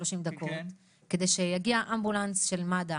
30 דקות כדי שיגיע אמבולנס של מד"א